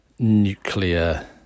Nuclear